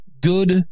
good